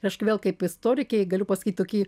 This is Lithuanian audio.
ir aš vėl kaip istorikė galiu pasakyt tokį